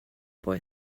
boy